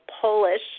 Polish